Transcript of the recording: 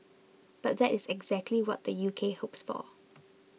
but that is exactly what the U K hopes for